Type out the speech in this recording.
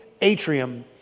atrium